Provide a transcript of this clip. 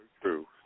true